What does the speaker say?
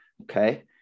Okay